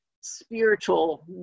spiritual